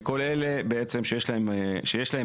כל אלה שיש להם מעמד